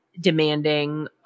demanding